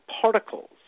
particles